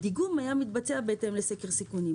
הדיגום היה מתבצע בהתאם לסקר סיכונים.